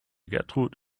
gertrud